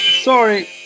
Sorry